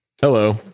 Hello